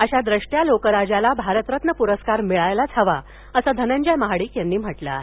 अशा द्रष्ट्या लोकराजाला भारतरत्न पुरस्कार मिळायलाच हवा असं धनंजय महाडिक यांनी म्हटलं आहे